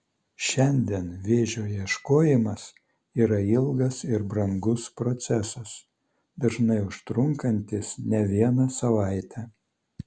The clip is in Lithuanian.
šiandien vėžio ieškojimas yra ilgas ir brangus procesas dažnai užtrunkantis ne vieną savaitę